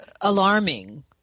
alarming